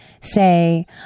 Say